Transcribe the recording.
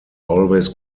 always